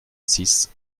six